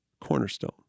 Cornerstone